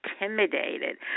intimidated